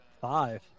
five